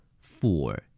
four